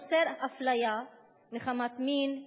אוסר אפליה מחמת מין,